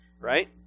right